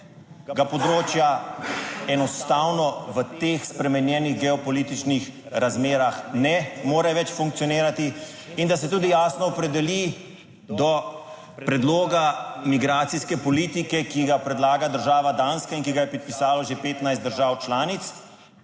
področja enostavno v teh spremenjenih geopolitičnih razmerah ne more več funkcionirati in da se tudi jasno opredeli do predloga migracijske politike, ki ga predlaga država Danska, in ki ga je podpisalo že 15 držav članic.